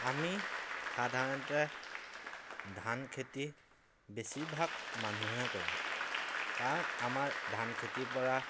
আমি সাধাৰণতে ধান খেতি বেছিভাগ মানুহে কৰোঁ কাৰণ আমাৰ ধান খেতিৰ পৰা